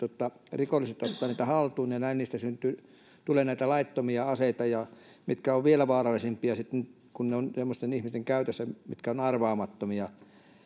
rikolliset ottavat niitä haltuun ja näin niistä tulee näitä laittomia aseita mitkä ovat vielä vaarallisempia kun ne ovat semmoisten ihmisten käytössä jotka ovat arvaamattomia